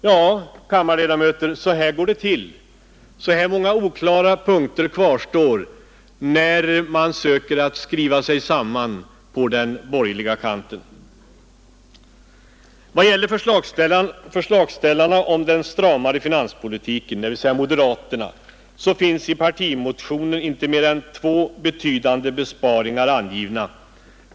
Ja, kammarledamöter, så här går det till; så här många oklara punkter kvarstår när man på den borgerliga kanten försöker skriva sig samman. Förslagsställarna när det gäller den stramare finanspolitiken, dvs. moderaterna, har i sin partimotion angivit inte mer än två betydande besparingar.